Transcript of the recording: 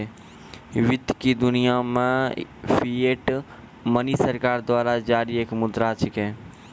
वित्त की दुनिया मे फिएट मनी सरकार द्वारा जारी एक मुद्रा छिकै